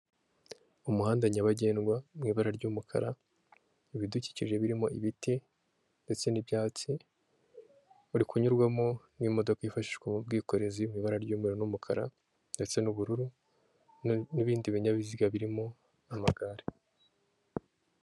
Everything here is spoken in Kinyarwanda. Umuhanda nyabagendwa mu ibara ry'umukara, ibidukikije birimo ibiti ndetse n'ibyatsi, uri kunyurwamo n'imodoka yifashishwa mu bwikorezi, mu ibara ry'umweru n'umukara ndetse n'ubururu, n'ibindi binyabiziga birimo amagare.